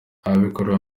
ababikora